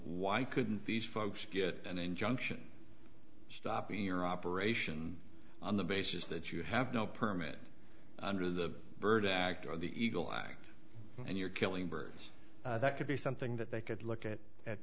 why couldn't these folks get an injunction stop your operation on the basis that you have no permit under the bird act or the eagle act and you're killing birds that could be something that they could look at